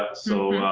but so,